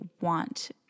want